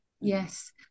Yes